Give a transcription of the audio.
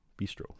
Bistro